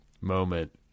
moment